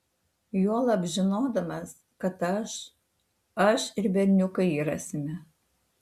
juolab žinodamas kad aš aš ir berniukai jį rasime